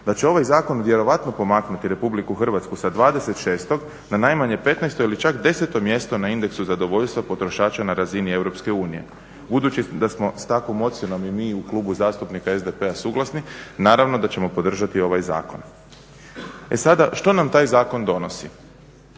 da će ovaj zakon vjerojatno pomaknuti RH sa 26.na najmanje 15.ili čak 10.mjesto na Indeksu zadovoljstva potrošača na razini EU. Budući da smo s takvom ocjenom i mi u Klubu zastupnika SDP-a suglasni naravno da ćemo podržati ovaj zakon. E sada što nam taj zakon donosi?